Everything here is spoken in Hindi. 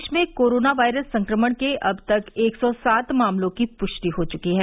देश में कोरोना वायरस संक्रमण के अब तक एक सौ सात मामलों की पुष्टि हो चुकी है